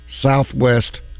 Southwest